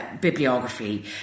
bibliography